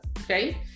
okay